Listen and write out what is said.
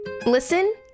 Listen